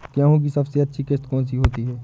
गेहूँ की सबसे अच्छी किश्त कौन सी होती है?